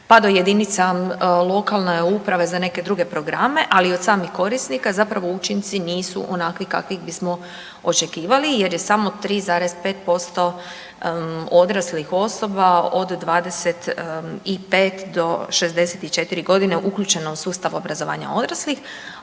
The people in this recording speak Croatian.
pa do jedinica lokalne uprave za neke druge programe, ali i od samih korisnika zapravo učinci nisu onakvi kakvih bismo očekivali jer je samo 3,5% odraslih osoba od 25 do 64 godine uključeno u sustav obrazovanja odraslih,